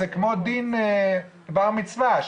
זה כמו דין בר מצווה,